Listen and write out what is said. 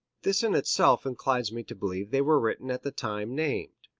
this in itself inclines me to believe they were written at the time named.